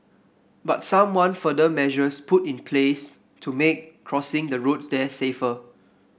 but some want further measures put in place to make crossing the road there safer